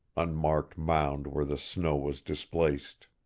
unmarked mound where the snow was displaced.